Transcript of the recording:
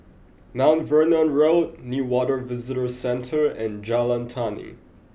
Mount Vernon Road Newater Visitor Centre and Jalan Tani